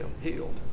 healed